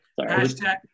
Hashtag